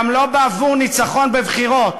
גם לא בעבור ניצחון בבחירות.